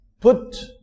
put